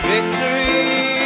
Victory